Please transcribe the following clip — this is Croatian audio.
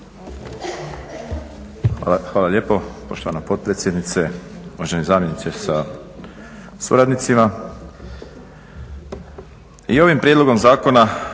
Hvala lijepo poštovana potpredsjednice. Uvaženi zamjeniče sa suradnicima. I ovim prijedlogom zakona